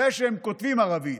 זה שהם כותבים ערבית,